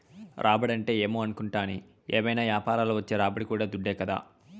రాబడంటే ఏమో అనుకుంటాని, ఏవైనా యాపారంల వచ్చే రాబడి కూడా దుడ్డే కదా